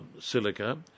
silica